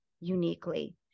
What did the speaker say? uniquely